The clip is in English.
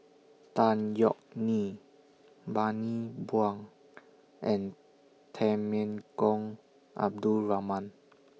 Tan Yeok Nee Bani Buang and Temenggong Abdul Rahman